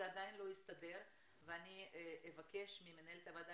זה עדיין לא הסתדר ואני אבקש ממנהלת הוועדה